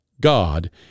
God